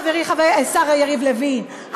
חברי השר יריב לוין,